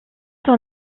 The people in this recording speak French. son